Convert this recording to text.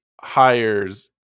hires